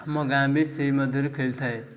ଆମ ଗାଁ ବି ସେଇ ମଧ୍ୟରୁ ଖେଳିଥାଏ